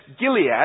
Gilead